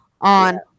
on